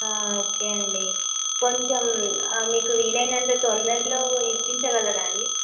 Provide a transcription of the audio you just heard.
okay అండి కొంచెం మీకు వీలైనంత తొందరగా ఇప్పించగలరా అండి